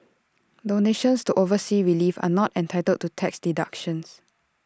donations to overseas relief are not entitled to tax deductions